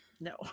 No